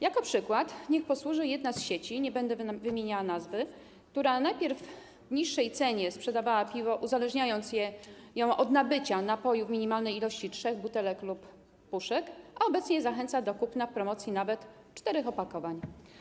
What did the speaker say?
Jako przykład niech posłuży jedna z sieci - nie będę wymieniała jej nazwy - która najpierw w niższej cenie sprzedawała piwo, uzależniając cenę od nabycia napoju w minimalnej ilości trzech butelek lub puszek, a obecnie zachęca do kupna w promocji nawet czterech opakowań.